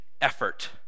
effort